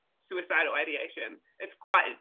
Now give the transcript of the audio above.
suicidal ideation. it's quite, ah